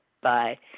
Bye